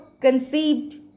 conceived